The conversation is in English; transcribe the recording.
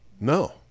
No